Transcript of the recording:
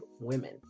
women